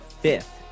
fifth